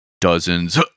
dozens